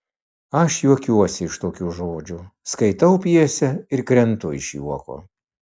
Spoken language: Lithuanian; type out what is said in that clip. aš juokiuosi iš tokių žodžių skaitau pjesę ir krentu iš juoko